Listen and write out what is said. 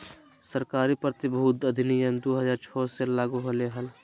सरकारी प्रतिभूति अधिनियम दु हज़ार छो मे लागू होलय हल